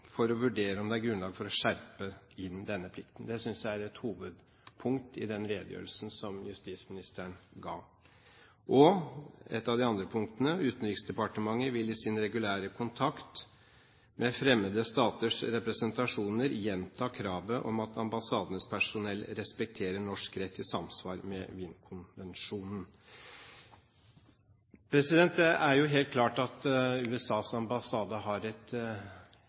for å vurdere om det er grunnlag for å skjerpe inn denne plikten. Det synes jeg er et hovedpunkt i den redegjørelsen som justisministeren ga. Et av de andre punktene var: Utenriksdepartementet vil i sin regulære kontakt med fremmede staters representasjoner gjenta kravet om at ambassadenes personell respekterer norsk rett i samsvar med Wien-konvensjonen. Det er helt klart at USAs ambassade har et